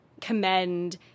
commend